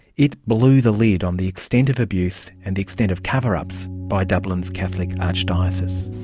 it blew the lid on the extent of abuse and the extent of cover-ups by dublin's catholic archdiocese.